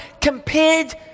compared